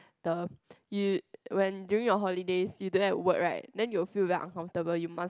the you when during your holidays you don't have work right then you will feel very uncomfortable you must